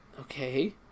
Okay